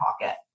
pocket